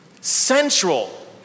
central